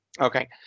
Okay